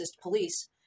police